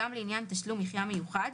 גם לעניין תשלום מחיה מיוחד,